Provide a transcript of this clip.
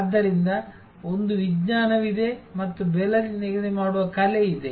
ಆದ್ದರಿಂದ ಒಂದು ವಿಜ್ಞಾನವಿದೆ ಮತ್ತು ಬೆಲೆ ನಿಗದಿ ಮಾಡುವ ಕಲೆ ಇದೆ